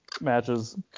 matches